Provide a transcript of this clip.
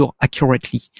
accurately